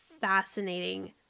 fascinating